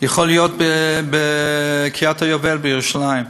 יכול להיות בקריית-היובל בירושלים.